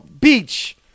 Beach